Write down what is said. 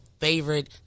favorite